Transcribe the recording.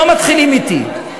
לא מתחילים אתי,